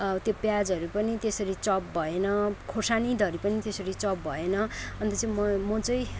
त्यो प्याजहरू पनि त्यसरी चप भएन खोर्सानी धरि पनि त्यसरी चप भएन अन्त चाहिँ चाहिँ म चाहिँ